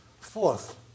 Fourth